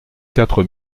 quatre